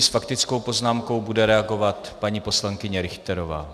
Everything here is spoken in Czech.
S faktickou poznámkou bude reagovat paní poslankyně Richterová.